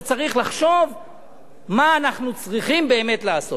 וצריך לחשוב מה אנחנו צריכים באמת לעשות.